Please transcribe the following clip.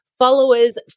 followers